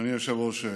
אדוני היושב-ראש,